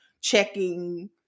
checking